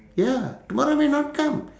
ya tomorrow may not come